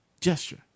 gesture